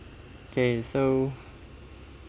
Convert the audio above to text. okay so